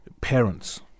parents